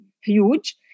huge